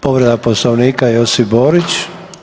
Povreda poslovnika Josip Borić.